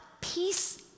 peace